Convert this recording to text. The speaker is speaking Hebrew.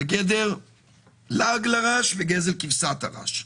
בגדר לעג לרש וגזל כבשת הרש.